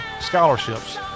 scholarships